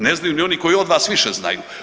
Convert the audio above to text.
Ne znaju ni oni koji od vas više znaju.